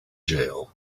jail